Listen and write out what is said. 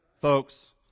folks